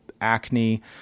acne